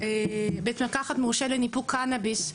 בית מרקחת מורשה לניפוק קנביס,